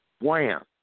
Wham